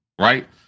right